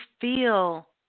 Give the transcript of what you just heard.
feel